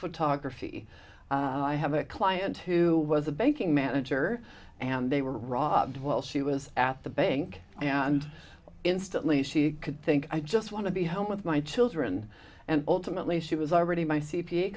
photography i have a client who was a banking manager and they were robbed while she was at the bank and instantly she could think i just want to be home with my children and ultimately she was already my c